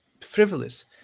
frivolous